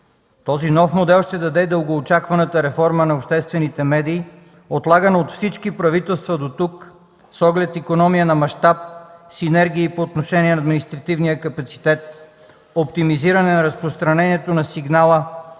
Този нов модел ще даде дългоочакваната реформа на обществените медии, отлаган от всички правителства дотук с оглед икономия на мащаб, синергия по отношение на административния капацитет, оптимизиране на разпространението на сигнала,